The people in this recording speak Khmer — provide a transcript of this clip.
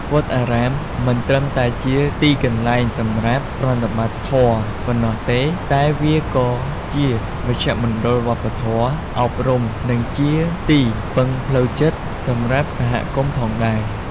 វត្តអារាមមិនត្រឹមតែជាទីកន្លែងសម្រាប់ប្រតិបត្តិធម៌ប៉ុណ្ណោះទេ តែវាក៏ជាមជ្ឈមណ្ឌលវប្បធម៌ អប់រំ និងជាទីពឹងផ្លូវចិត្តសម្រាប់សហគមន៍ផងដែរ។